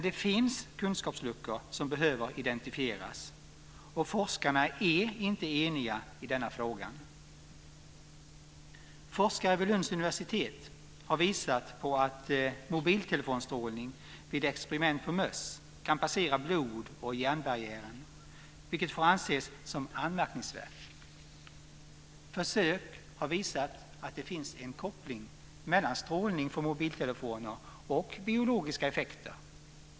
Det finns kunskapsluckor som behöver identifieras. Forskarna är inte eniga i denna fråga. Forskare vid Lunds universitet har visat att mobiltelefonstrålning vid experiment på möss kan passera blod och hjärnbarriären, vilket får anses som anmärkningsvärt. Försök har visat att det finns en koppling mellan strålning från mobiltelefoner och biologiska effekter.